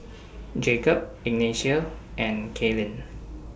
Jacob Ignacio and Kaylynn